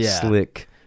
slick